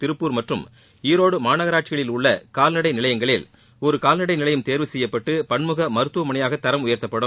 திருப்பூர் மற்றும் ஈரோடு மாநகராட்சிகளில் உள்ள கால்நடை நிலையங்களில் ஒரு கால்நடை நிலையம் தேர்வு செய்யப்பட்டு பன்முக மருத்துவமனையாக தரம் உயர்த்தப்படும்